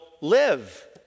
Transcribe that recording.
live